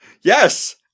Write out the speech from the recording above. Yes